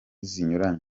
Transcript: zinyuranye